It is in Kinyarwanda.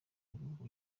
w’ibihugu